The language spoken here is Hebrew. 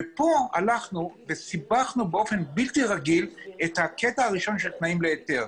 פה הלכנו וסיבכנו באופן בלתי רגיל את הקטע הראשון של תנאים להיתר.